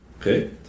Okay